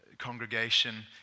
Congregation